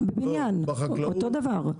בבניין, אותו דבר.